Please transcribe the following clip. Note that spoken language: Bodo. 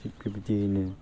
थिग बिबदियैनो